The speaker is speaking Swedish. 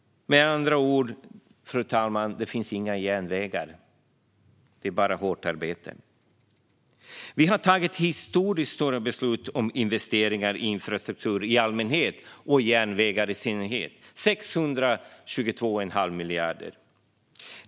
Med andra ord, fru talman: Det finns inga genvägar, bara hårt arbete. Vi har fattat beslut om historiskt stora investeringar i infrastruktur i allmänhet och i järnväg i synnerhet - 622 1⁄2 miljard.